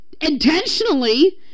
intentionally